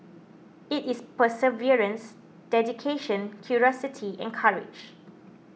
it is perseverance dedication curiosity and courage